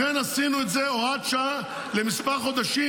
לכן עשינו את זה הוראת שעה לכמה חודשים,